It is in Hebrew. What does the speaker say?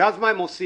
ואז מה הם עושים?